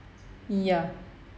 ya